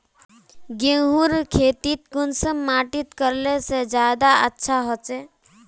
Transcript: गेहूँर खेती कुंसम माटित करले से ज्यादा अच्छा हाचे?